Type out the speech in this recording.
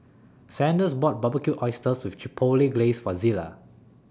Sanders bought Barbecued Oysters with Chipotle Glaze For Zela